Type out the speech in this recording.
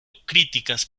críticas